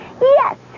Yes